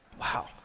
Wow